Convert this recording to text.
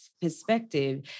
Perspective